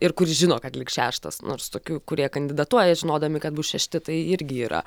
ir kuris žino kad liks šeštas nors tokių kurie kandidatuoja žinodami kad bus šešti tai irgi yra